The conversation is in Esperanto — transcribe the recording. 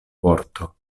vorto